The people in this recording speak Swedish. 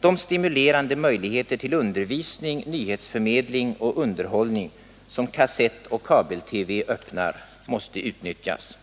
De stimulerande möjligheter till undervisning, nyhetsförmedling och underhållning som kassettoch kabel-TV öppnar måste utnyttjas.